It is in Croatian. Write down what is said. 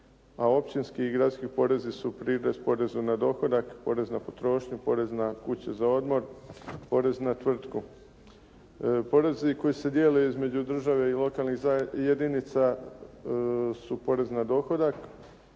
a općinski i gradski porezi su prirez porezu na dohodak, porez na potrošnju, porez na kuće za odmor, porez na tvrtku. Porezi koji se dijele između države i jedinica su porezi na dohodak,